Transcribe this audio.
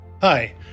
Hi